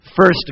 First